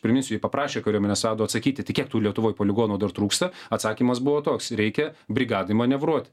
priminsiu ji paprašė kariuomenės vado atsakyti tai kiek tų lietuvoj poligonų dar trūksta atsakymas buvo toks reikia brigadai manevruoti